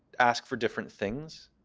asked for different things,